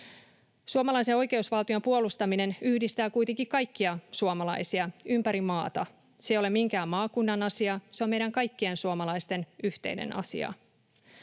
Suomalaisen oikeusvaltion puolustaminen yhdistää kuitenkin kaikkia suomalaisia ympäri maata, se ei ole minkään maakunnan asia, se on meidän kaikkien suomalaisten yhteinen asia.